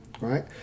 right